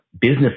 business